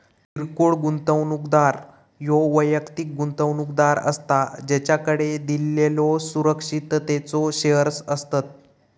किरकोळ गुंतवणूकदार ह्यो वैयक्तिक गुंतवणूकदार असता ज्याकडे दिलेल्यो सुरक्षिततेचो शेअर्स असतत